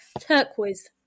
turquoise